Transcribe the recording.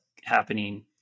happening